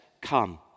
come